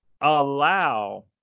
allow